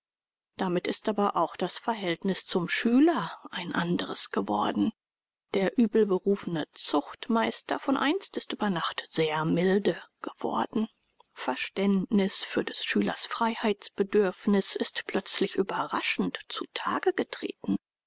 damit ist aber auch das verhältnis zum schüler ein anderes geworden der übel berufene zuchtmeister von einst ist über nacht sehr milde geworden verständnis für des schülers freiheitsbedürfnis ist plötzlich überraschend zutage getreten